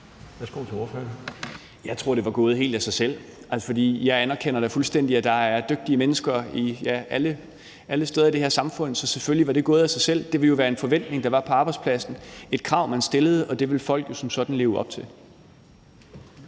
21:15 Peter Kofod (DF): Jeg tror, at det var gået helt af sig selv. For jeg anerkender da fuldstændig, at der er dygtige mennesker alle steder i det her samfund. Så selvfølgelig var det gået af sig selv. Det ville jo være en forventning, der var på arbejdspladsen, et krav, man stillede, og det ville folk jo som sådan leve op til.